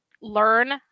learn